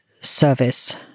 service